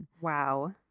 Wow